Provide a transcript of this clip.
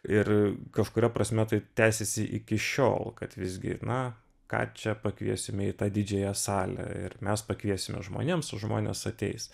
ir kažkuria prasme tai tęsiasi iki šiol kad visgi na ką čia pakviesime į tą didžiąją salę ir mes pakviesime žmonėms o žmonės ateis